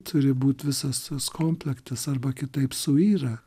turi būti visas tas komplektas arba kitaip suyra